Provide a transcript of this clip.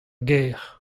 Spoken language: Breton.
gêr